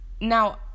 Now